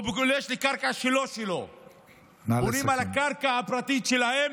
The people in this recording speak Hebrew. כי לא מאפשרים להם לבנות את הבית שלהם בקרקע הפרטית שלהם.